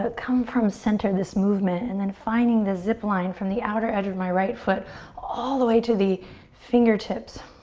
but come from center, this movement and then finding the zip line from the outer edge of my right foot all the to the fingertips.